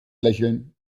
lächeln